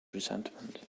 resentment